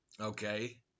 Okay